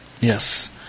Yes